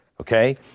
okay